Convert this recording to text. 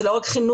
זה לא רק חינוך,